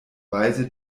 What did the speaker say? weise